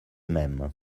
même